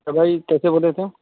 کوئی کیسے بولے تھے